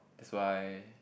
that's why